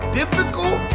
difficult